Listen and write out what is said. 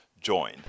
join